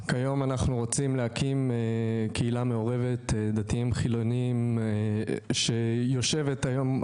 כיום אנחנו רוצים להקים קהילה מעורבת דתיים חילונים שיושבת היום.